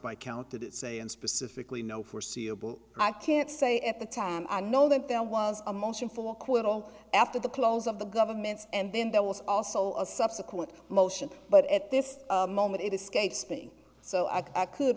by counted say and specifically no forseeable i can't say at the time i know that there was a motion for acquittal after the close of the government's and then there was also a subsequent motion but at this moment it escapes being so i could